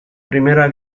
primera